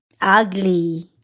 ugly